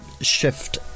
shift